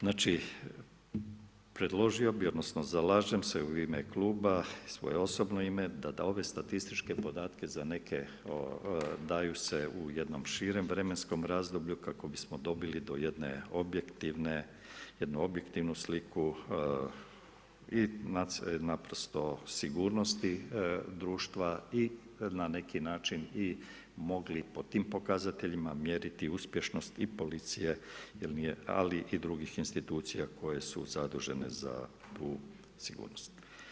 Znači, predložio bi, odnosno, zalažem se u ime kluba, u svoje osobno ime, da ove statističke podatke, daju se u nekom širem vremenskom razdoblju, kako bismo dobili do jedne objektivne, jednu objektivnu sliku i naprosto sigurnosti društva i na neki način i mogli na tim pokazateljima mjeriti uspješnost i policije ali i drugih institucija, koje su zadužene za tu sigurnost.